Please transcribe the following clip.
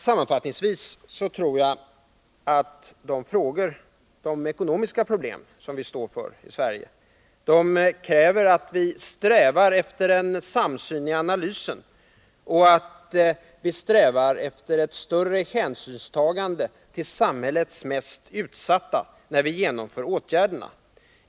Sammanfattningsvis vill jag säga att jag tror att de ekonomiska problem som vi står inför i Sverige kräver att vi strävar efter en samsyn i analysen och att vi strävar efter ett större hänsynstagande till samhällets mest utsatta när vi genomför åtgärderna.